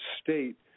state